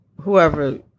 whoever